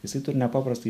jisai turi nepaprastai